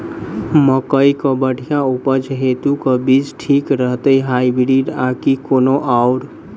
मकई केँ बढ़िया उपज हेतु केँ बीज ठीक रहतै, हाइब्रिड आ की कोनो आओर?